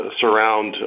surround